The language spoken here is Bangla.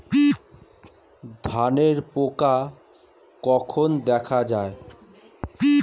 ধানের পোকা কখন দেখা দেয়?